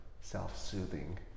self-soothing